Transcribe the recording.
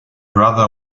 brother